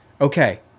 Okay